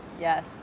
Yes